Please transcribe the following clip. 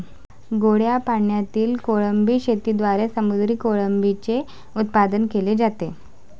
गोड्या पाण्यातील कोळंबी शेतीद्वारे समुद्री कोळंबीचे उत्पादन केले जाते